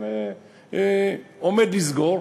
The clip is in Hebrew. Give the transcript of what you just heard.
שעומדים לסגור,